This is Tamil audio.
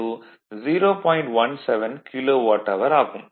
17 கிலோவாட் அவர் ஆகும்